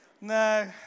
No